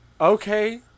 Okay